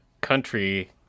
country